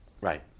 right